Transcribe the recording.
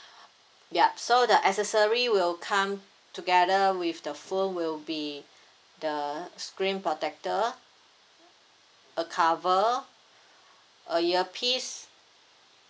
yup so the accessory will come together with the phone will be the screen protector a cover a earpiece